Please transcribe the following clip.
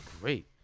great